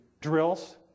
drills